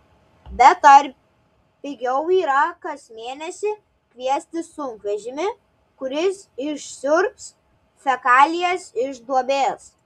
bet ar pigiau yra kas mėnesį kviestis sunkvežimį kuris išsiurbs fekalijas iš duobės